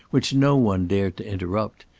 which no one dared to interrupt.